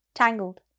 Tangled